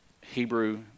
hebrew